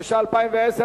התש"ע 2010,